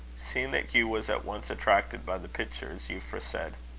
seeing that hugh was at once attracted by the pictures, euphra said